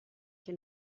che